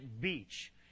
beach